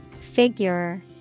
Figure